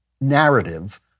narrative